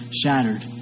shattered